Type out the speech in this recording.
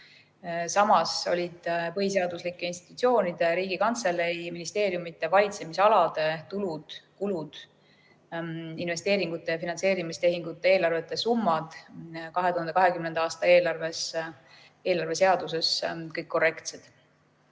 Samas olid põhiseaduslike institutsioonide, Riigikantselei ja ministeeriumide valitsemisalade tulud, kulud, investeeringute ja finantseerimistehingute eelarvete summad 2020. aasta eelarve seaduses kõik korrektsed.